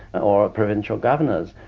or provincial governors,